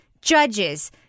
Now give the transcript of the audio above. judges